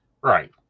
right